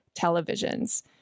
televisions